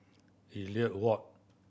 Elliot Walk